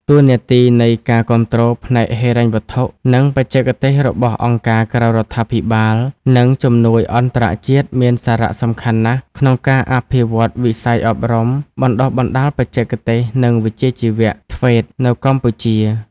តួនាទីនៃការគាំទ្រផ្នែកហិរញ្ញវត្ថុ និងបច្ចេកទេសរបស់អង្គការក្រៅរដ្ឋាភិបាល និងជំនួយអន្តរជាតិមានសារៈសំខាន់ណាស់ក្នុងការអភិវឌ្ឍវិស័យអប់រំបណ្តុះបណ្តាលបច្ចេកទេស និងវិជ្ជាជីវៈ (TVET) នៅកម្ពុជា។